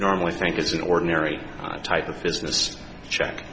normally think it's an ordinary type of business check